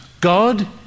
God